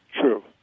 True